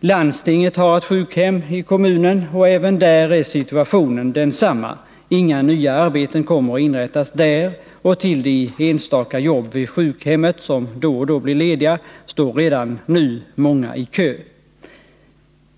Landstinget har ett sjukhem i kommunen, och även där är situationen densamma — inga nya arbeten kommer att inrättas där, och till de enstaka jobb vid sjukhemmet som då och då blir lediga står redan nu många i kö.